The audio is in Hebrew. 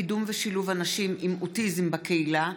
קידום ושילוב אנשים עם אוטיזם בקהילה,